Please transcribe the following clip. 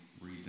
read